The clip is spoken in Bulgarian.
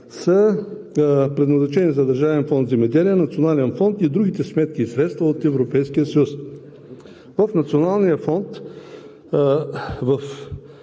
са предназначени за Държавен фонд „Земеделие“, Национален фонд и другите сметки за средства от Европейския съюз. От Националния фонд в